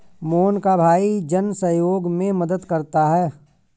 मोहन का भाई जन सहयोग में मदद करता है